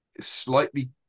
slightly